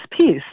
piece